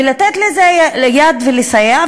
ולתת לזה יד ולסייע,